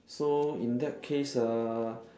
so in that case uh